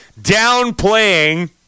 downplaying